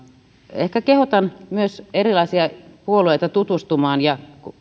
ehkä kehotan myös erilaisia puolueita tutustumaan ja